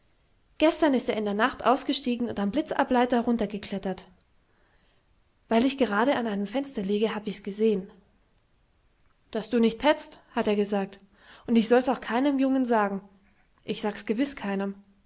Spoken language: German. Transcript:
gestern ist er in der nacht ausgestiegen und am blitzableiter nunter geklettert weil ich gerade an dem fenster liege hab ichs gesehen daß du nicht petzt hat er gesagt und ich solls auch keinem jungen sagen ich sags gewiß keinem